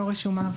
אני לא רשומה.